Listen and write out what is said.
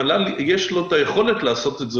המל"ל יש לו את היכולת לעשות את זה,